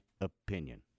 opinion